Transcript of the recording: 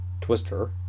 Twister